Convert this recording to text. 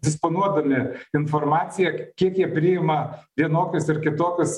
disponuodami informacija kiek jie priima vienokius ar kitokius